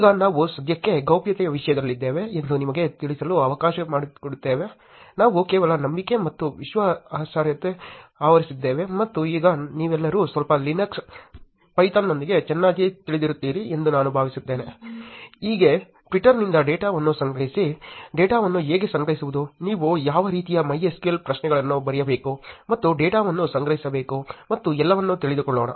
ಈಗ ನಾವು ಸದ್ಯಕ್ಕೆ ಗೌಪ್ಯತೆಯ ವಿಷಯದಲ್ಲಿದ್ದೇವೆ ಎಂದು ನಿಮಗೆ ತಿಳಿಸಲು ಅವಕಾಶ ಮಾಡಿಕೊಡುತ್ತೇವೆ ನಾವು ಕೇವಲ ನಂಬಿಕೆ ಮತ್ತು ವಿಶ್ವಾಸಾರ್ಹತೆಯನ್ನು ಆವರಿಸಿದ್ದೇವೆ ಮತ್ತು ಈಗ ನೀವೆಲ್ಲರೂ ಸ್ವಲ್ಪ Linux ಪೈಥಾನ್ನೊಂದಿಗೆ ಚೆನ್ನಾಗಿ ತಿಳಿದಿರುತ್ತೀರಿ ಎಂದು ನಾನು ಭಾವಿಸುತ್ತೇನೆ ಹೇಗೆ ಟ್ವಿಟ್ಟರ್ನಿಂದ ಡೇಟಾವನ್ನು ಸಂಗ್ರಹಿಸಿ ಡೇಟಾವನ್ನು ಹೇಗೆ ಸಂಗ್ರಹಿಸುವುದು ನೀವು ಯಾವ ರೀತಿಯ MySQL ಪ್ರಶ್ನೆಗಳನ್ನು ಬರೆಯಬೇಕು ಮತ್ತು ಡೇಟಾವನ್ನು ಸಂಗ್ರಹಿಸಬೇಕು ಮತ್ತು ಎಲ್ಲವನ್ನೂ ತಿಳಿದುಕೊಳ್ಳೋಣ